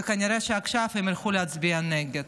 וכנראה שעכשיו הם ילכו להצביע נגד.